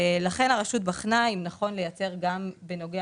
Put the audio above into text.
ולכן הרשות בחנה אם נכון לייצר גם בנוגע